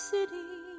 City